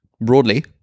broadly